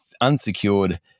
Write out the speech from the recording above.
unsecured